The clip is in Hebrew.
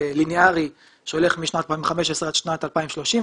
ליניארי שהולך משנת 2015 עד שנת 2030,